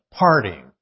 partying